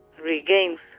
regains